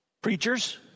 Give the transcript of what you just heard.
preachers